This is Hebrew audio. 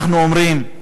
אנחנו אומרים: